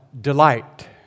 delight